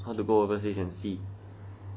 how to go overseas and see